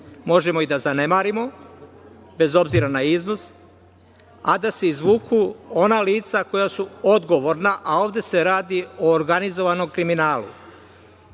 možemo i da zanemarimo bez obzira na iznos, a da se izvuku ona lica koja su odgovorna, a ovde se radi o organizovanom kriminalu. Nestanak